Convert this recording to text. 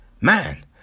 man